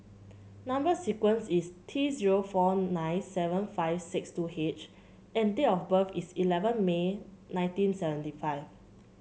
number sequence is T zero four nine seven five six two H and date of birth is eleven May nineteen seventy five